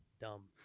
dumb